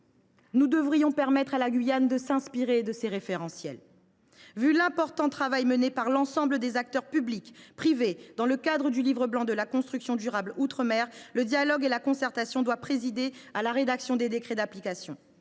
Nous devrions permettre à la Guyane de s’inspirer de ces référentiels. Étant donné l’important travail mené par l’ensemble des acteurs publics et privés dans le cadre des Assises de la construction durable en outre mer, le dialogue et la concertation doivent présider à la rédaction des décrets d’application.